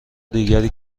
دیگری